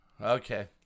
Okay